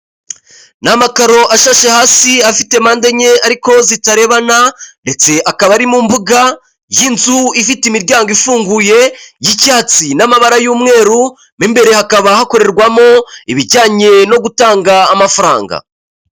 Ni amakaro ashashe hasi afite mpandenye ariko zitarebana ndetse akaba ari mu mbuga y'inzu ifite imiryango ifunguye y'icyatsi n'amabara y'umweru, mo imbere hakaba hakorerwamo ibijyanye no gutanga amafaranga.